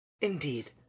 Indeed